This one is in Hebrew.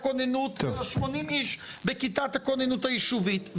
הכוננות אלא 80 איש בכיתת הכוננות הישובית.